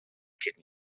kidney